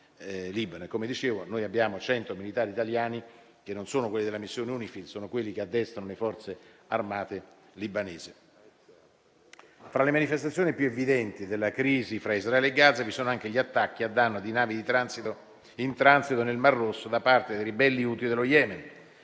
Come dicevo, noi abbiamo 100 militari italiani, che non sono quelli della missione Unifil, ma sono quelli che addestrano le forze armate libanesi. Fra le manifestazioni più evidenti della crisi fra Israele e Gaza vi sono anche gli attacchi a danno di navi in transito nel Mar Rosso da parte dei ribelli Houthi dello Yemen.